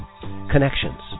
Connections